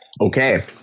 Okay